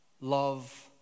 Love